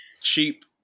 cheap